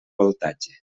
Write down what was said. voltatge